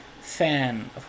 fan